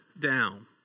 down